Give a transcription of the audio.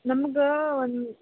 ನಮ್ಗೇ ಒಂದು